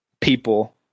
people